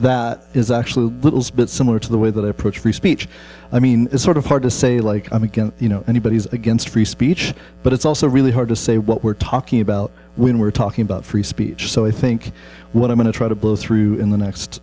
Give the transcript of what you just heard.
that is actually a little bit similar to the way that i approach free speech i mean it's sort of hard to say like i mean you know anybody is against free speech but it's also really hard to say what we're talking about when we're talking about free speech so i think what i want to try to blow through in the next